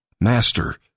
Master